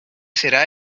será